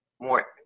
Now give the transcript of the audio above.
more